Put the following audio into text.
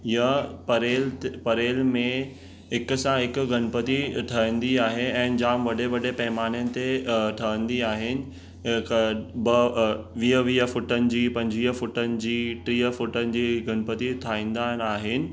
इहा परेल परेल में हिकु सां हिकु गणपति ठहंदी आहे ऐं जाम वॾे वॾे पइमानिन ते ठहंदी आहिनि हिकु ॿ वीह वीह फुटनि जी पंजुवीह फुटनि जी टीह फुटनि जी गणपति ठाहींदा आहिनि